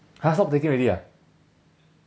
!huh! stop taking already ah